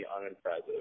unimpressive